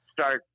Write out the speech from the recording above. start